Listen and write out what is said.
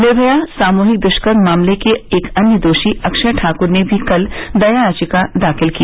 निर्मया सामूहिक दुष्कर्म मामले के एक अन्य दोषी अक्षय ठाकुर ने भी कल दया याचिका दाखिल की